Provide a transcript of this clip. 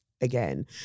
again